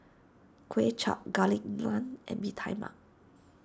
Kuay Chap Garlic Naan and Bee Tai Mak